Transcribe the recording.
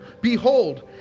Behold